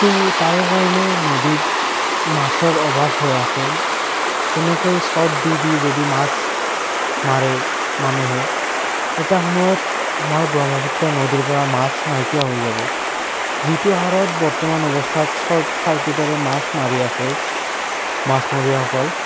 ত' তাৰ কাৰণে নদীত মাছৰ অভাৱ হৈ আছে এনেকৈ শ্বৰ্ট দি দি যদি মাছ মাৰে মানুহে এটা সময়ত আমাৰ ব্ৰহ্মপুত্ৰ নদীৰ পৰা মাছ নাইকিয়া হৈ যাব যিটো হাৰত বৰ্তমান অৱস্থাত শ্বৰ্ট চাৰ্কিটেৰে মাছ মাৰি আছে মাছমৰীয়াসকল